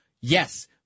Yes